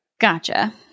Gotcha